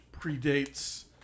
predates